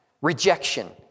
Rejection